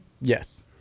Yes